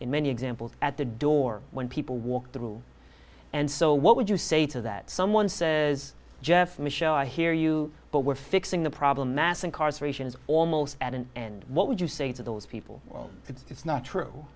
in many examples at the door when people walk through and so what would you say to that someone says jeff michel i hear you but we're fixing the problem mass incarceration is almost at an end what would you say to those people it's not true